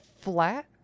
flat